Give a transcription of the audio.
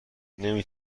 نمی